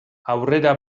aurrera